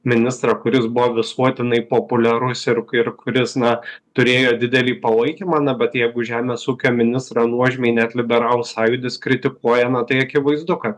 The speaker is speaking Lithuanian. ministrą kuris buvo visuotinai populiarus ir ir kuris na turėjo didelį palaikymą na bet jeigu žemės ūkio ministrą nuožmiai net liberalų sąjūdis kritikuoja na tai akivaizdu kad